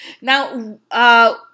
Now